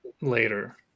later